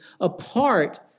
apart